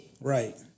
Right